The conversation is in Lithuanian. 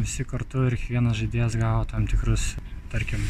visi kartu ir kiekvienas žaidėjas gavo tam tikrus tarkim